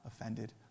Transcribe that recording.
offended